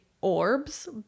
orbs